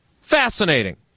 Fascinating